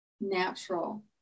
natural